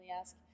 ask